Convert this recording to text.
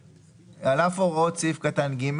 (ד)על אף הוראות סעיף קטן (ג)